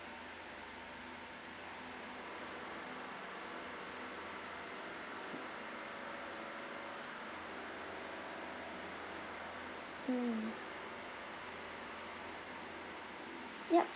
mm yup